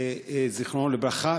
זיכרונו לברכה.